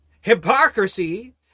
Hypocrisy